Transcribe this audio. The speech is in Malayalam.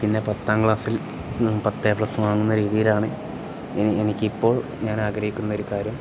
പിന്നെ പത്താം ക്ലാസ്സിൽ പത്ത് എ പ്ലസ് വാങ്ങുന്ന രീതിയിലാണ് എനിക്ക് എനിക്ക് ഇപ്പോൾ ഞാൻ ആഗ്രഹിക്കുന്ന ഒരു കാര്യം